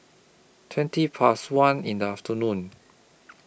twenty Past one in The afternoon